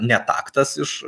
netaktas iš